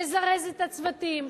לזרז את הצוותים,